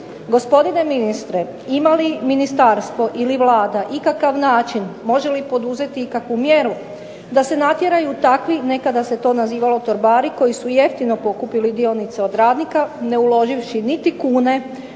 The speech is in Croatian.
Gospodine ministre, ima li ministarstvo ili Vlada ikakav način, može li poduzeti ikakvu mjeru da se natjeraju takvi, nekada se to nazivalo torbari koji su jeftino pokupili dionice od radnika ne uloživši niti kune,